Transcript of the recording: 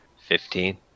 Fifteen